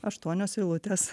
aštuonios eilutės